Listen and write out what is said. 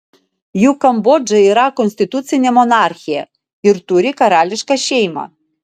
juk kambodža yra konstitucinė monarchija ir turi karališką šeimą